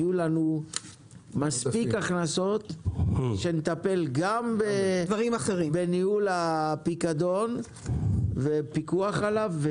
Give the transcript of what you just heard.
יהיו לנו מספיק הכנסות לטפל גם בניהול הפיקדון ובפיקוח עליו,